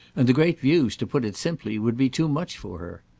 and the great views, to put it simply, would be too much for her.